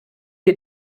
wir